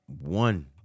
one